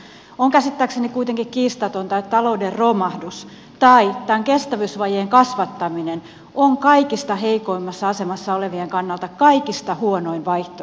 on käsittääkseni kuitenkin kiistatonta että talouden romahdus tai tämän kestävyysvajeen kasvattaminen on kaikista heikoimmassa asemassa olevien kannalta kaikista huonoin vaihtoehto